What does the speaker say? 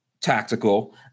tactical